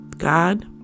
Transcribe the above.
god